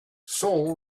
saul